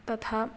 तथा